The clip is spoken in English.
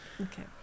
okay